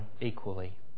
equally